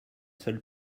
seul